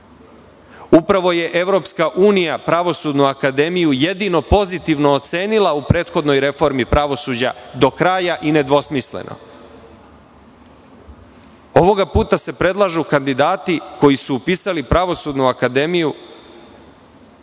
Upravo je EU Pravosudnu akademiju jedino pozitivno ocenila u prethodnoj reformi pravosuđa do kraja i nedvosmisleno. Ovog puta se predlažu kandidati koji su upisali Pravosudnu akademiju